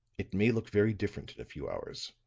it may look very different in a few hours.